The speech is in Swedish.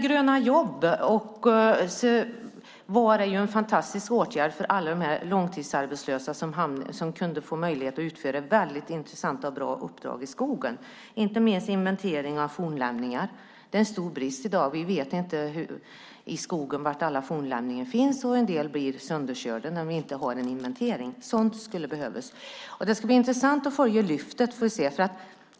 Gröna jobb var en fantastisk åtgärd för alla långtidsarbetslösa som kunde få möjlighet att utföra väldigt intressanta och bra uppdrag i skogen, inte minst inventering av fornlämningar. Det är en stor brist i dag. Vi vet inte var i skogen alla fornlämningar finns, och en del blir sönderkörda när det inte görs en inventering. Det skulle behövas. Det ska bli intressant att följa Lyftet.